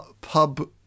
pub